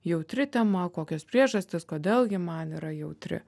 jautri tema kokios priežastys kodėl gi man yra jautri